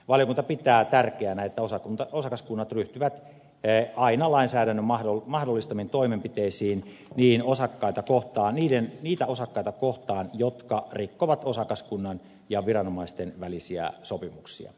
valiokunta pitää tärkeänä että osakaskunnat ryhtyvät aina lainsäädännön mahdollistamiin toimenpiteisiin niitä osakkaita kohtaan jotka rikkovat osakaskunnan ja viranomaisten välisiä sopimuksia